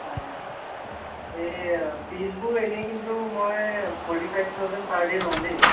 অঁ এই ফীজবোৰ এনেই কিন্তু মই forty five thousand per day লওঁ দেই